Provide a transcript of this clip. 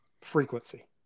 frequency